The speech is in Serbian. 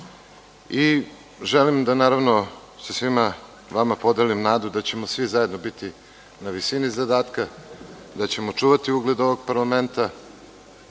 i želim da naravno sa svima vama podelim nadu da ćemo svi zajedno biti na visini zadatka, da ćemo čuvati ugled ovog parlamenta,